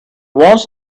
wants